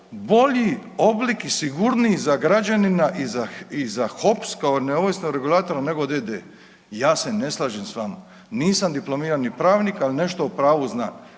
bolji oblik i sigurniji za građanina i za HOPS kao neovisno regulator nego d.d. Ja se ne slažem s vama. Nisam diplomirani pravnik, ali nešto o pravu znam.